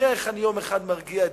נראה איך אני יום אחד מרגיע את